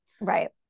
Right